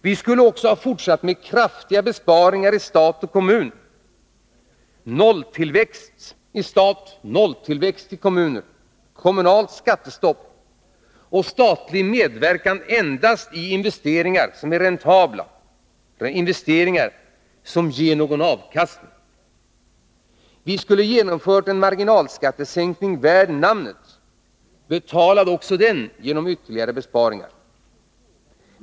Vi skulle också ha fortsatt med kraftiga besparingar i stat och kommun — nolltillväxt i stat och nolltillväxt i kommuner, kommunalt skattestopp och statlig medverkan endast i investeringar som är räntabla, investeringar som ger någon avkastning. Vi skulle ha genomfört en marginalskattesänkning värd namnet, betalad också den genom ytterligare besparingar.